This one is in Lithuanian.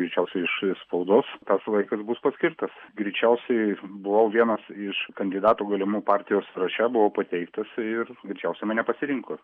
greičiausiai iš spaudos tas laikas bus paskirtas greičiausiai buvau vienas iš kandidatų galimų partijos sąraše buvau pateiktas ir greičiausiai mane pasirinko